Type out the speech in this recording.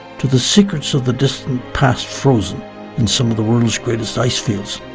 to the secrets of the distant past frozen in some of the world's greatest ice fields,